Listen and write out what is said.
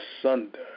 asunder